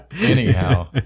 Anyhow